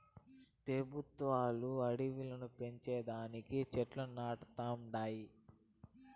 పెబుత్వాలు అడివిలు పెంచే దానికి చెట్లు నాటతండాయి